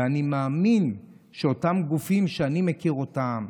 ואני מאמין שאותם גופים, שאני מכיר אותם,